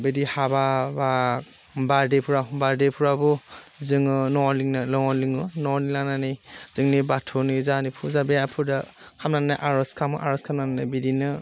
बिदि हाबा बा बार्डेफ्रा बार्डेफ्राबो जोङो न'वाव लिंनो न'वाव लिङो न'वाव लिंलायनानै जोंनि बाथौनि जोंहानि फुजा बे आफोदा खालामनानै आर'ज खालामो आर'ज खालामनानै बिदिनो